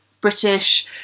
British